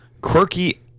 quirky